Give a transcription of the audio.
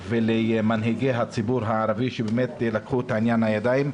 ולמנהיגי הציבור הערבי שבאמת לקחו את העניין לידיים,